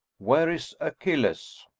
where is achilles?